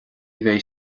bheidh